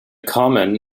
common